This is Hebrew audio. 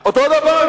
אותו דבר.